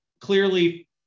clearly